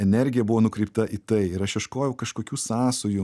energija buvo nukreipta į tai ir aš ieškojau kažkokių sąsajų